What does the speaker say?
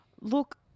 Look